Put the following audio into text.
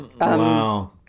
Wow